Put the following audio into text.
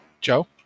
Joe